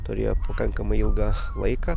turėjo pakankamai ilgą laiką